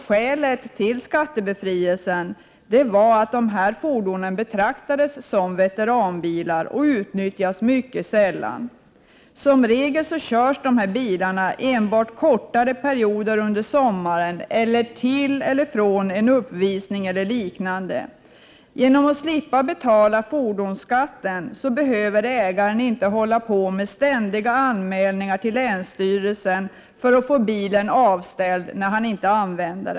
Skälet till skattebefrielsen var att dessa fordon betraktas som veteranbilar och därför utnyttjas mycket sällan. Som regel körs dessa bilar endast kortare perioder under sommaren eller till och från en uppvisning eller liknande. Genom att 39 ägaren slipper att betala fordonsskatt behöver han inte göra ständiga anmälningar till länsstyrelsen för att få bilen avställd när den inte används.